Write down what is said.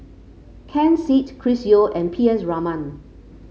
Ken Seet Chris Yeo and P S Raman